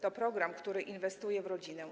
To program, który inwestuje w rodzinę.